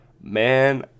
Man